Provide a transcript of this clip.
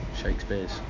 Shakespeare's